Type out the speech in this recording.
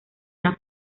una